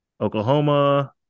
Oklahoma